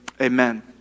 Amen